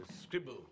scribble